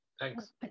Thanks